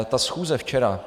Ta schůze včera...